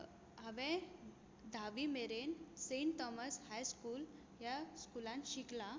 हांवें धावी मेरेन सँट थॉमस हाय स्कूल ह्या स्कुलांत शिकलां